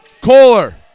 Kohler